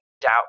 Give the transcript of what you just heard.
doubt